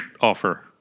offer